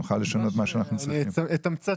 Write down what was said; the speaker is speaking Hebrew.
אתמצת,